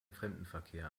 fremdenverkehr